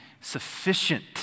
sufficient